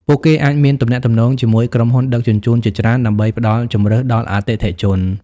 ពួកគេអាចមានទំនាក់ទំនងជាមួយក្រុមហ៊ុនដឹកជញ្ជូនជាច្រើនដើម្បីផ្តល់ជម្រើសដល់អតិថិជន។